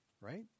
right